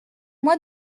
moi